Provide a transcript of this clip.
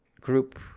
group